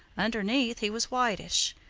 underneath he was whitish,